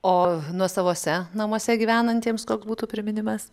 o nuosavuose namuose gyvenantiems koks būtų priminimas